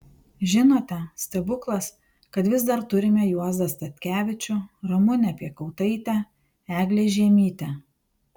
žinote stebuklas kad vis dar turime juozą statkevičių ramunę piekautaitę eglę žiemytę